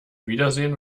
wiedersehen